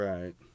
Right